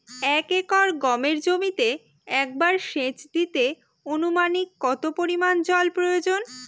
এক একর গমের জমিতে একবার শেচ দিতে অনুমানিক কত পরিমান জল প্রয়োজন?